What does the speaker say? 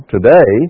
Today